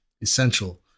essential